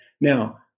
Now